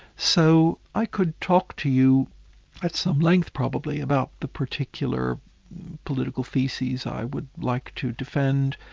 so i could talk to you at some length, probably, about the particular political thesis i would like to defend,